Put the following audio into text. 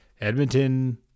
Edmonton